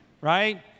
right